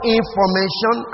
information